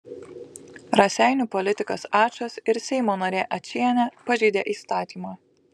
raseinių politikas ačas ir seimo narė ačienė pažeidė įstatymą